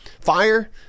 Fire